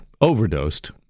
overdosed